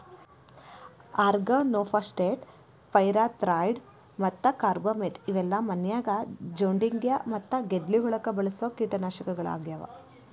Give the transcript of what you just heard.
organophosphate, pyrethroid ಮತ್ತ carbamate ಇವೆಲ್ಲ ಮನ್ಯಾಗ ಜೊಂಡಿಗ್ಯಾ ಮತ್ತ ಗೆದ್ಲಿ ಹುಳಕ್ಕ ಬಳಸೋ ಕೇಟನಾಶಕಗಳಾಗ್ಯಾವ